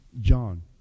John